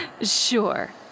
Sure